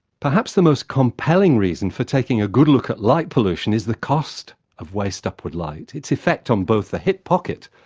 perhaps the most compelling reason for taking a good look at light pollution is the cost of waste upward light its effect on the hip pocket.